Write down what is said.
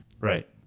Right